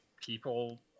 people